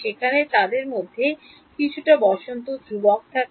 সেখানে তাদের মধ্যে কিছুটা spring ধ্রুবক থাকে